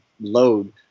load